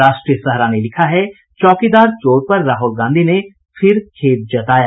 राष्ट्रीय सहारा ने लिखा है चौकीदार चोर पर राहुल गांधी ने फिर खेद जताया